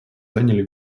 заняли